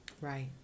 right